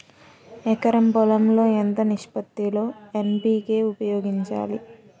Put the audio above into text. ఎకరం పొలం లో ఎంత నిష్పత్తి లో ఎన్.పీ.కే ఉపయోగించాలి?